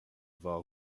war